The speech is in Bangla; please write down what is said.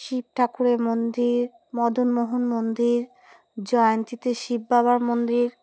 শিব ঠাকুরের মন্দির মদনমোহন মন্দির জয়ন্তীতে শিব বাবার মন্দির